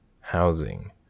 housing